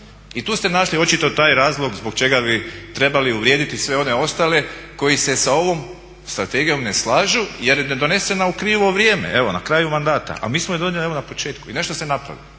I tu ste očito našli taj razlog zbog čega bi trebali uvrijediti sve one ostale koji se s ovom strategijom ne slažu jer je donesena u krivo vrijeme, evo na kraju mandata. A mi smo je donijeli odmah na početku i nešto se napravilo.